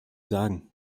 sagen